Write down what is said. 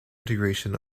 integration